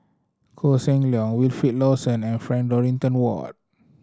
Koh Seng Leong Wilfed Lawson and Frank Dorrington Ward